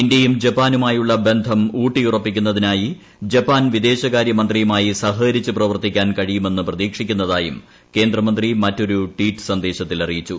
ഇന്ത്യയും ജപ്പാനുമായുള്ള ബന്ധം ഊട്ടിയുറപ്പിക്കുന്നതിനായി ജപ്പാൻ വിദേശകാര്യമന്ത്രിയുമായി സഹകരിച്ച് പ്രവർത്തിക്കാൻ കഴിയുമെന്ന് പ്രതീക്ഷിക്കുന്നതായും കേന്ദ്രമന്ത്രി മറ്റൊരു ട്വീറ്റിൽ സന്ദേശത്തിൽ അറിയിച്ചു